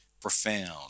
profound